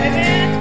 Amen